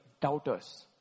doubters